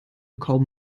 kaum